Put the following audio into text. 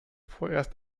vorerst